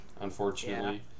unfortunately